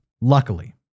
Luckily